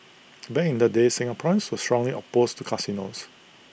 back in the day Singaporeans were strongly opposed to casinos